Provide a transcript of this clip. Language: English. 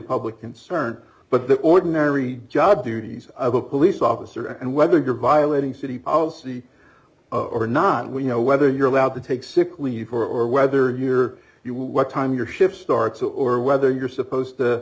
public concern but the ordinary job duties of a police officer and whether you're violating city policy or not when you know whether you're allowed to take sick leave or whether you're you what time your shift starts or whether you're supposed to